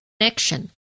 connection